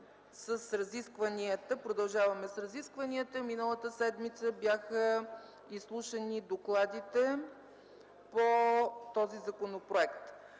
Продължаваме с разискванията, миналата седмица бяха изслушани докладите по този законопроект.